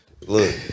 Look